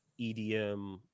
edm